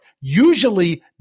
usually